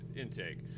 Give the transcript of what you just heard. intake